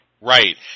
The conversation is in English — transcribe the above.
Right